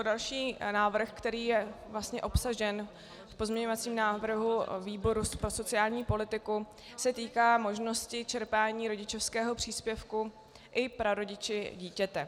Další návrh, který je obsažen v pozměňovacím návrhu výboru pro sociální politiku, se týká možnosti čerpání rodičovského příspěvku i prarodiči dítěte.